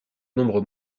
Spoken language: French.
nombre